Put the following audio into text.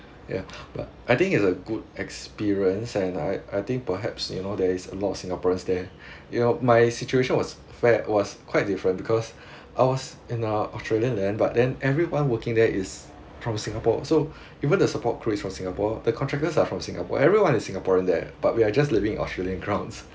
ya but I think is a good experience and I I think perhaps you know there is a lot of singaporeans there you know my situation was fa~ was quite different because I was in a australian land but then everyone working there is from singapore so even the support crew is from singapore the contractors are from singapore everyone is singaporean there but we are just living australian grounds